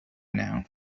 now